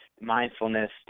mindfulness